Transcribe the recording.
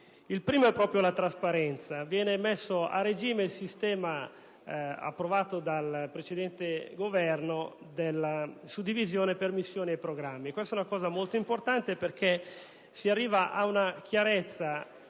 Il primo è proprio la trasparenza: viene messo a regime il sistema approvato dal precedente Governo della suddivisione per missioni e programmi. Questo è molto importante perché si arriva ad una chiarezza